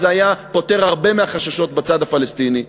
זה היה פותר הרבה מהחששות בצד הפלסטיני: